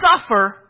suffer